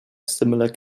similar